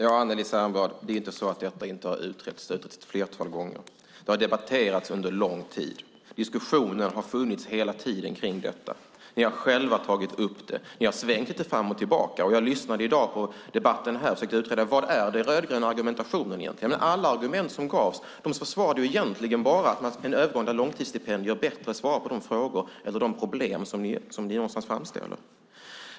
Herr talman! Det är inte så att detta inte har utretts, Anneli Särnblad. Det har utretts ett flertal gånger. Det har debatterats under lång tid. Diskussioner har funnits hela tiden om detta. Ni har själva tagit upp det. Ni har svängt lite fram och tillbaka. Jag lyssnade i dag på debatten här och försökte utreda vad som var den rödgröna argumentationen. Alla argument som gavs försvarade egentligen bara en övergång där långtidsstipendier bättre svarar mot de problem som ni framställer.